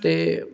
ते